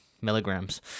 milligrams